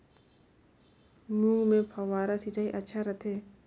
मूंग मे फव्वारा सिंचाई अच्छा रथे?